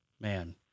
Man